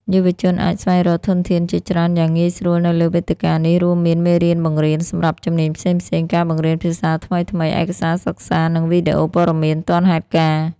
យុវជនអាចស្វែងរកធនធានជាច្រើនយ៉ាងងាយស្រួលនៅលើវេទិកានេះ រួមមាន មេរៀនបង្រៀន សម្រាប់ជំនាញផ្សេងៗ ការបង្រៀនភាសាថ្មីៗ ឯកសារសិក្សា និងវីដេអូព័ត៌មានទាន់ហេតុការណ៍។